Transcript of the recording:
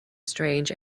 strange